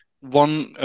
one